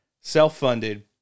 self-funded